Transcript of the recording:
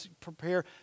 prepare